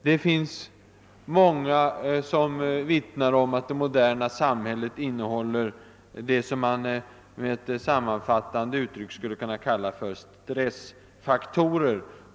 Det finns också många som vittnar om att det moderna samhället innehåller vad man med ett sammanfattande uttryck skulle kunna kalla stressfaktorer.